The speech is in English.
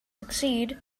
succeed